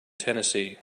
tennessee